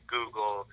Google